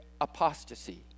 apostasy